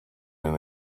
been